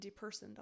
depersoned